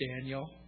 Daniel